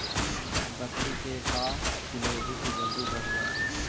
बकरी के का खिलैबै कि जल्दी बढ़ जाए?